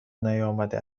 نیامده